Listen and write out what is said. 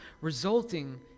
resulting